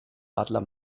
adler